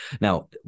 Now